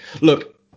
Look